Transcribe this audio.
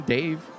Dave